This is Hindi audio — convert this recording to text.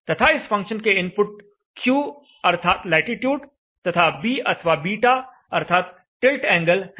तथा इस फंक्शन के इनपुट Q अर्थात लैटीट्यूड तथा B अथवा β अर्थात टिल्ट एंगल हैं